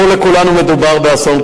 בחלק מהצעות החוק שהובאו עכשיו,